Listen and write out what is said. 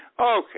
Okay